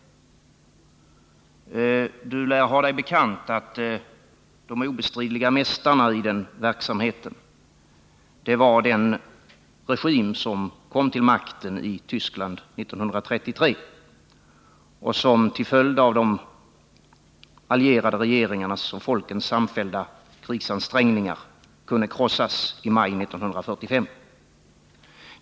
Daniel Tarschys lär ha sig bekant att de obestridliga mästarna i den verksamheten var de som tillhörde den regim som kom till makten i Tyskland 1933 och som till följd av de allierade regeringarnas och folkens samfällda krigsansträngningar kunde krossas i maj 1945.